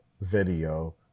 video